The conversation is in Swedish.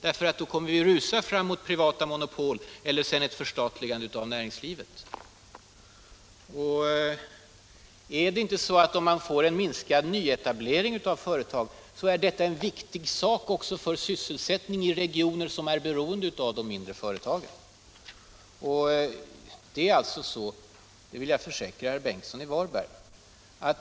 Annars kommer vi ju att rusa fram mot privata monopol och sedan kanske ett förstatligande av näringslivet. Är det inte också en viktig sak för sysselsättningen i de regioner som är beroende av de mindre företagen, om det blir en minskning av nyetableringen av företag?